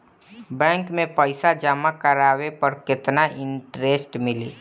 Bank में पईसा जमा करवाये पर केतना इन्टरेस्ट मिली?